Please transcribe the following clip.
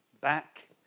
back